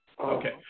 Okay